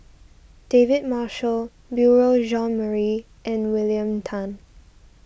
David Marshall Beurel Jean Marie and William Tan